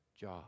job